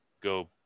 go